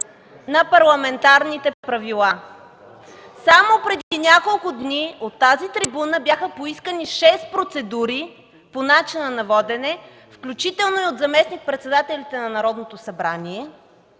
на парламентарните правила. Само преди няколко дни от тази трибуна бяха поискани шест процедури по начина на водене, включително от заместник председателите на Народното събрание,